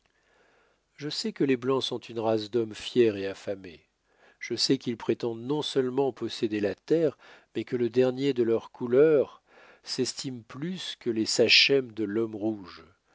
je sais que les blancs sont une race d'hommes fiers et affamés je sais qu'ils prétendent non seulement posséder la terre mais que le dernier de leur couleur s'estime plus que les sachems de l'homme rouge